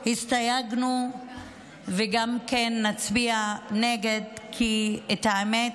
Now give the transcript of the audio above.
הסתייגנו וגם נצביע נגד, כי האמת